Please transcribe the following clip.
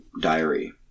diary